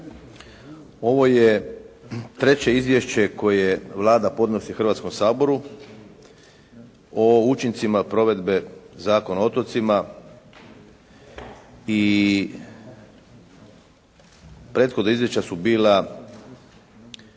Ovo je treće izvješće koje Vlada podnosi Hrvatskom saboru o učincima provedbe Zakona o otocima i prethodna izvješća su bila